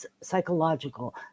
psychological